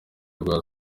rwa